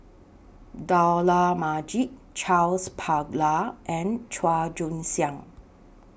Dollah Majid Charles Paglar and Chua Joon Siang